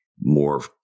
more